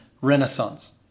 renaissance